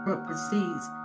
proceeds